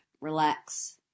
relax